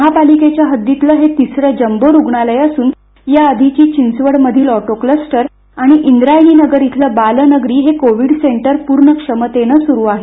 महापालिकेच्या हद्दीतील हे तिसरे जम्बो रुग्णालय असून याआधीची चिंचवड मधील ऑटॉक्लस्टर आणि इंद्रायणी नगर इथलं बालनगरी हे कोविड सेंटर पूर्ण क्षमतेने सुरू आहेत